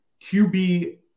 QB